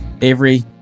Avery